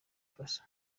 faso